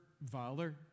valor